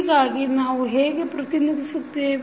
ಹೀಗಾಗಿ ನಾವು ಹೇಗೆ ಪ್ರತಿನಿಧಿಸುತ್ತೇವೆ